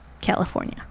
California